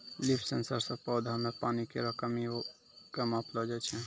leaf sensor सें पौधा म पानी केरो कमी क मापलो जाय छै